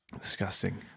disgusting